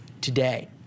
today